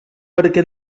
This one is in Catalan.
perquè